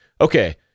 Okay